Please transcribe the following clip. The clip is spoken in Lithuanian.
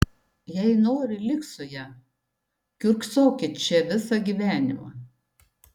jei nori lik su ja kiurksokit čia visą gyvenimą